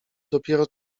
dopiero